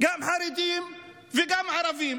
גם חרדים וגם ערבים.